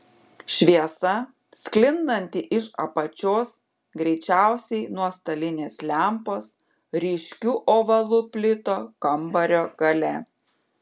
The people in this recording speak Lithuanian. šviesa sklindanti iš apačios greičiausiai nuo stalinės lempos ryškiu ovalu plito kambario gale